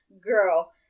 girl